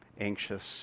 anxious